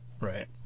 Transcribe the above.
right